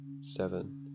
seven